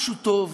משהו טוב